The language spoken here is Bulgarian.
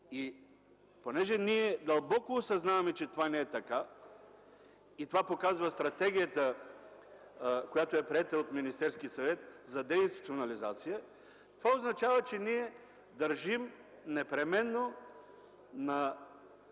Понеже ние дълбоко осъзнаваме, че това не е така и това показва стратегията, приета от Министерския съвет за деинституционализация, това означава, че ние държим непременно